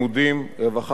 רווחה כלכלית,